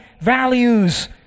values